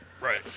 Right